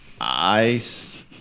Ice